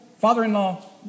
father-in-law